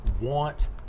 want